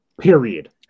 Period